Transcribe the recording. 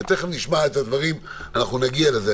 ותכף נשמע את הדברים, נגיע לזה.